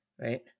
right